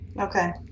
Okay